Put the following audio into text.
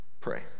Pray